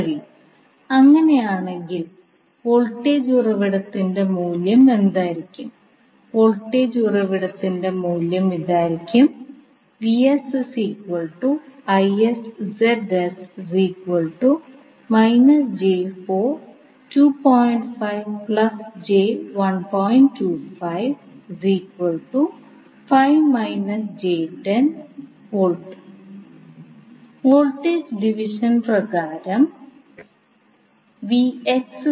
I2 ഇൻറെ ഉപയോഗവും I4 ഇൻറെ മൂല്യവും ഉപയോഗിച്ച് നമുക്ക് ഈ 2 മൂല്യങ്ങളെ ഈ 2 സമവാക്യങ്ങളിൽ ഉൾപ്പെടുത്താനും ലളിതമാക്കാനും കഴിയും